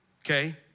okay